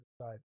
side